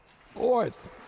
Fourth